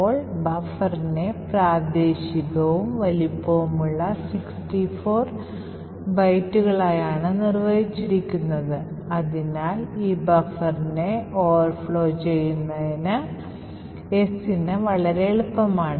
ഇപ്പോൾ ബഫറിനെ പ്രാദേശികവും വലുപ്പമുള്ള 64 ബൈറ്റുകളുമായാണ് നിർവചിച്ചിരിക്കുന്നത് അതിനാൽ ഈ ബഫറിനെ കവിഞ്ഞൊഴുകുന്നത് S ന് വളരെ എളുപ്പമാണ്